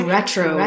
Retro